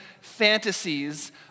fantasies